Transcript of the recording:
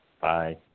Bye